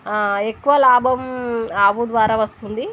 ఎక్కువ లాభం ఆవు ద్వారా వస్తుంది